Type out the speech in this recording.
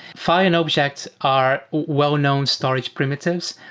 fine objects are well-known storage primitives,